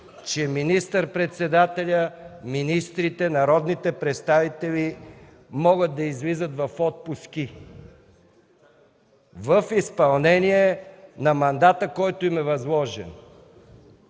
че министър-председателят, министрите, народните представители могат да излизат в отпуски в изпълнение на мандата, който им е възложен.